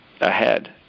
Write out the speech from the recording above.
ahead